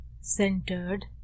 centered